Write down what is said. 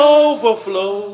overflow